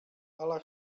ala